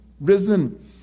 risen